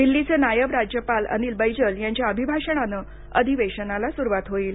दिल्लीचे नायब राज्यपाल अनिल बैजल यांच्या अभिभाषणाने अधिवेशनाला सुरवात होईल